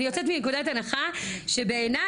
אני יוצאת מנקודת הנחה שבעיניי,